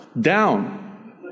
down